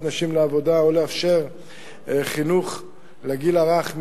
נשים לעבודה או לאפשר חינוך לגיל הרך,